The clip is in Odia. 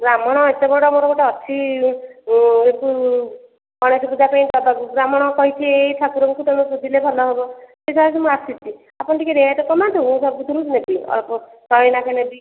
ବ୍ରାହ୍ମଣ ଏତେ ବଡ଼ ଆମର ଗୋଟେ ଅଛି ଗଣେଶ ପୂଜା ପାଇଁ ତାକୁ ବ୍ରାହ୍ମଣ କହିଛି ଏଇ ଠାକୁରଙ୍କୁ ତମେ ପୁଜିଲେ ଭଲ ହେବ ସେଥିପାଇଁ ମୁଁ ଆସିଛି ଆପଣ ଟିକେ ରେଟ କମାନ୍ତୁ ମୁଁ ସବୁଥିରୁ ନେବି ଅଳ୍ପ ଶହେ ନାକେ ନେବି